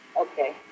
Okay